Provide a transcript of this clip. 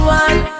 one